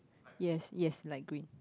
yes yes light green